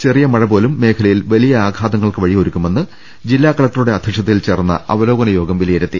ചെറിയ മഴപോലും മേഖലയിൽ വലിയ ആഘാ തങ്ങൾക്ക് വഴിയൊരുക്കുമെന്ന് ജില്ലാ കളക്ടറുടെ അധ്യക്ഷത യിൽചേർന്ന അവലോകനയോഗം വിലയിരുത്തി